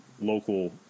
local